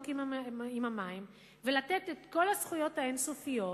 עם המים ולתת את כל הזכויות האין-סופיות,